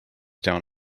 down